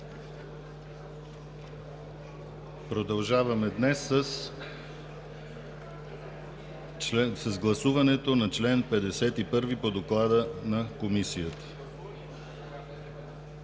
продължаваме с гласуването на чл. 51 по доклада на Комисията.